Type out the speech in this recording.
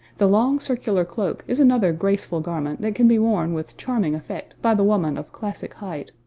the long circular cloak is another graceful garment that can be worn with charming effect by the woman of classic height,